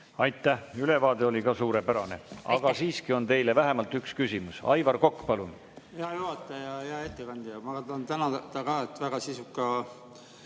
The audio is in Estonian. Aitäh! Ülevaade oli ka suurepärane, aga siiski on teile vähemalt üks küsimus. Aivar Kokk, palun!